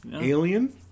Alien